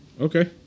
okay